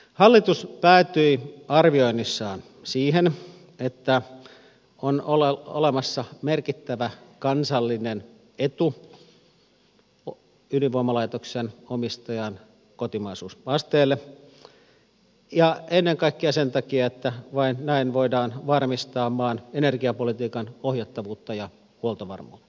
hallitus päätyi arvioinnissaan siihen että on olemassa merkittävä kansallinen etu ydinvoimalaitoksen omistajan kotimaisuusasteelle ja ennen kaikkea sen takia että vain näin voidaan varmistaa maan energiapolitiikan ohjattavuutta ja huoltovarmuutta